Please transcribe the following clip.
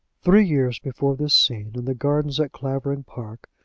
three years before this scene in the gardens at clavering park,